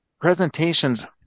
presentation's